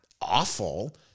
awful